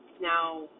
now